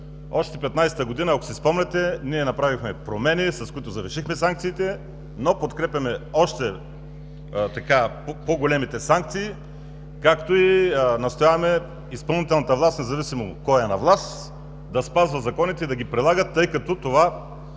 си спомняте, ние направихме промени, с които завишихме санкциите, но подкрепяме още по-големите санкции, както и настояваме изпълнителната власт, независимо кой е на власт, да спазва законите и да ги прилага, тъй като това